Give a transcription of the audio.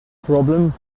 problem